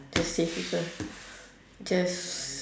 just save people just